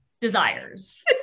desires